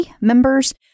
members